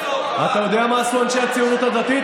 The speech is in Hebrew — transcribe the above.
ואתה יודע מה עשו אנשי הציונות הדתית?